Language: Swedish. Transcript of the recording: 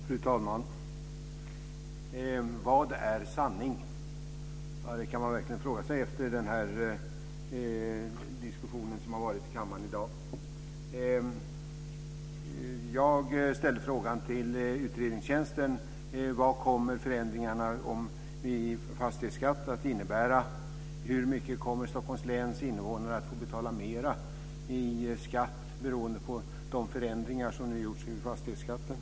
Fru talman! Vad är sanning? Det kan man verkligen fråga sig efter den diskussion som har varit i kammaren i dag. Jag frågade Utredningstjänsten vad förändringarna av fastighetsskatten kommer att innebära. Hur mycket mera kommer Stockholms läns invånare att få betala i skatt beroende på de förändringar som nu har gjorts av fastighetsskatten?